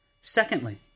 Secondly